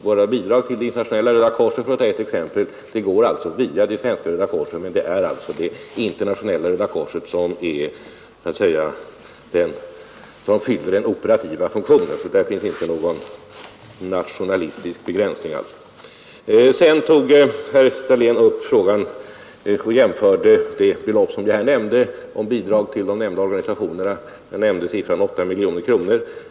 Våra bidrag till Internationella röda korset, för att ta ett exempel, går alltså via Svenska röda korset, men det är Internationella röda korset som så att säga fyller den operativa funktionen. Där finns alltså inte någon nationalistisk begränsning. Sedan tog herr Dahlén upp frågan om det belopp för bidrag till de här organisationerna som jag nämnde, 8 miljoner kronor.